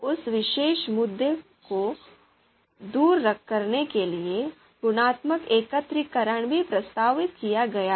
उस विशेष मुद्दे को दूर करने के लिए गुणात्मक एकत्रीकरण भी प्रस्तावित किया गया है